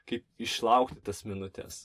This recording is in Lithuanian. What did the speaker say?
kaip išlaukti tas minutes